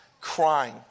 crying